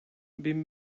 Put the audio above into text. bin